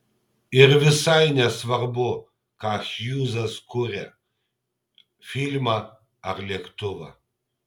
ir visai nesvarbu ką hjūzas kuria filmą ar lėktuvą